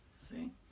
see